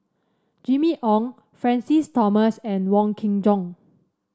Jimmy Ong Francis Thomas and Wong Kin Jong